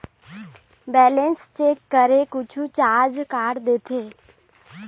Balance check करें कुछू charge काट देथे?